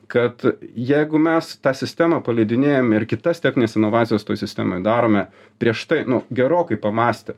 kad jeigu mes tą sistemą paleidinėjame ir kitas technines inovacijas toj sistemoj darome prieš tai nu gerokai pamąstę